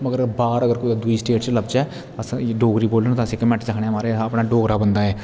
मगर बाहर अगर दुई स्टेट च लब्बचे अस डोगरी बोलने अस इक मिनट च आखने माराज अपना डोगरा बंदा ऐ